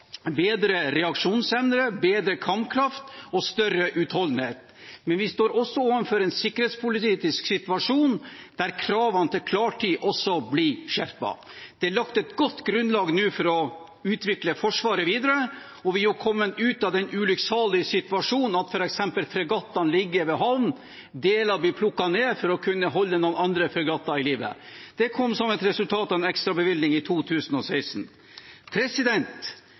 bedre reaksjonsevne, bedre kampkraft og større utholdenhet. Men vi står også overfor en sikkerhetspolitisk situasjon der kravene til klartid også blir skjerpet. Det er lagt et godt grunnlag for å utvikle Forsvaret videre, og vi har kommet ut av den ulykksalige situasjonen at f.eks. fregattene ligger ved havn og deler blir plukket av for å kunne holde andre fregatter i live. Det kom som et resultat av en ekstrabevilgning i 2016.